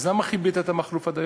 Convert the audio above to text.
אז למה חיבית את המכלוף עד היום?